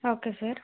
okay sir